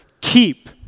keep